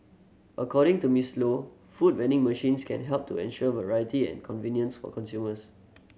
according to Miss Low food vending machines can help to ensure variety and convenience for consumers